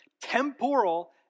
temporal